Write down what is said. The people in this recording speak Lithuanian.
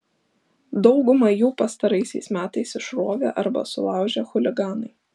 daugumą jų pastaraisiais metais išrovė arba sulaužė chuliganai